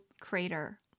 crater